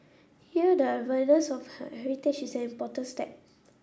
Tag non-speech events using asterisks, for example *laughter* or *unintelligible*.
here the awareness of *unintelligible* heritage is an important step